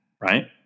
Right